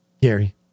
Gary